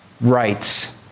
rights